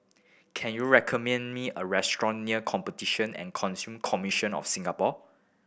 can you recommend me a restaurant near Competition and Consumer Commission of Singapore